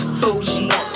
bougie